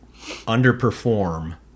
underperform